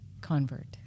convert